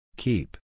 Keep